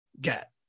get